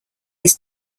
his